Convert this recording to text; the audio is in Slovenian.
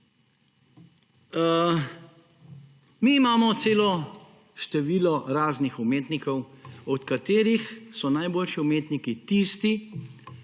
Mi imamo celo število raznih umetnikov, od katerih so najboljši umetniki tisti,